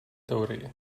teorii